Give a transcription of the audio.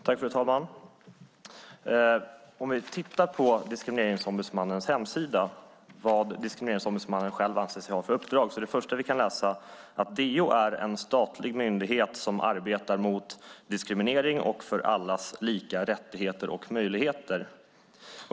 Fru talman! Låt oss titta på Diskrimineringsombudsmannens hemsida och läsa vad Diskrimineringsombudsmannens själv anser sig ha för uppdrag! Det första vi kan läsa är att DO är en statlig myndighet som arbetar mot diskriminering och för allas lika rättigheter och möjligheter.